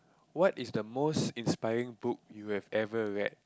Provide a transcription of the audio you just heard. what is the most inspiring book you have ever read